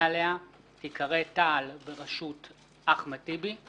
עליה תיקרא 'תע"ל בראשות אחמד טיבי',